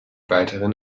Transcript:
weiterhin